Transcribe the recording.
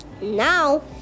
Now